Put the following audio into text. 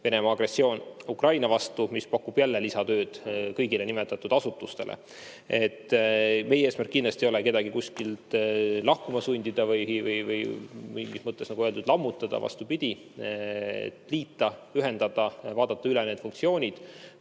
Venemaa agressioon Ukraina vastu ja see pakub jälle lisatööd kõigile nimetatud asutustele. Meie eesmärk kindlasti ei ole kedagi kuskilt lahkuma sundida või mingis mõttes, nagu öeldud, lammutada. Vastupidi, eesmärk on liita, ühendada, ka vaadata üle need funktsioonid.